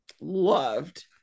loved